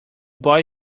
boy